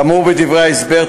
כאמור בדברי ההסבר,